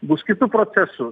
bus kitų procesų